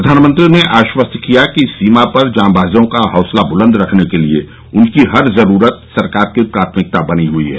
प्रधानमंत्री ने आश्वस्त किया कि सीमा पर जाबाजों का हौसला बुलंद रखने के लिए उनकीहर जरूरत सरकार की प्राथमिकता बनी हुई है